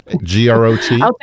G-R-O-T